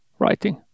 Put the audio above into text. writing